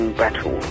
battle